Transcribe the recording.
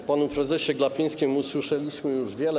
O panu prezesie Glapińskim usłyszeliśmy już wiele.